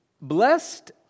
Blessed